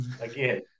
again